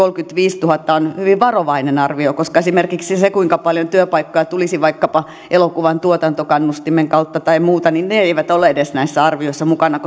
kolmekymmentäviisituhatta on hyvin varovainen arvio koska esimerkiksi se kuinka paljon työpaikkoja tulisi vaikkapa elokuvan tuotantokannustimen kautta tai muuta ei ole edes näissä arvioissa mukana